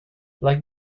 like